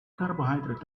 carbohydrate